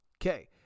Okay